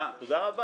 אה, תודה רבה.